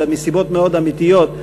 אלא מסיבות מאוד אמיתיות,